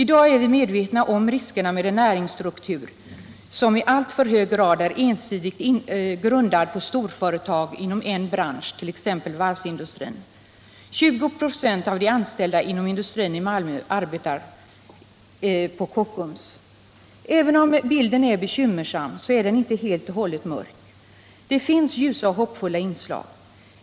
I dag är vi medvetna om riskerna med en näringsstruktur som är ensidigt grundad på storföretag inom en bransch, t.ex. varvsindustrin. 20 96 av de anställda inom industrin i Malmö arbetar på Kockums. Även om läget är bekymmersamt är det inte helt och hållet mörkt. Det finns ljusa och hoppfulla inslag.